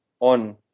on